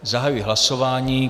Zahajuji hlasování.